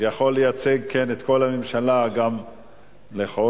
ויכול לייצג את כל הממשלה, לכאורה.